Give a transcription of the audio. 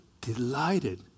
delighted